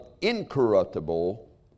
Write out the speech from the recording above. incorruptible